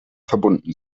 verbunden